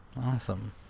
Awesome